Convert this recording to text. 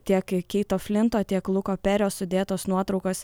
tiek keito flinto tiek luko perio sudėtos nuotraukos